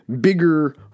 bigger